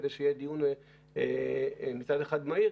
כדי שיהיה דיון מצד אחד מהיר,